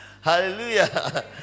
Hallelujah